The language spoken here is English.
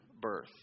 birth